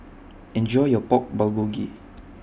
Enjoy your Pork Bulgogi